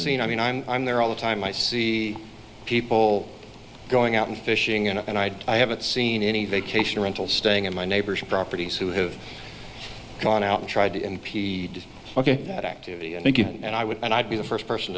seen i mean i'm i'm there all the time i see people going out and fishing and i i haven't seen any vacation rental staying in my neighbors properties who have gone out and tried to impede ok that activity i think you and i would and i'd be the first person